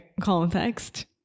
context